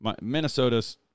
Minnesota's